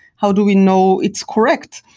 how do we know it's correct?